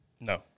No